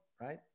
Right